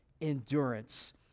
endurance